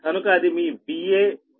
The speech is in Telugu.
కనుక అది మీ VA B